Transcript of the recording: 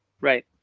right